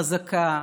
חזקה,